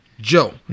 Joe